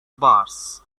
bars